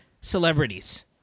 celebrities